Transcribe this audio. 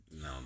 No